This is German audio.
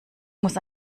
muss